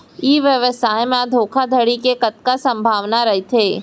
ई व्यवसाय म धोका धड़ी के कतका संभावना रहिथे?